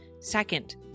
Second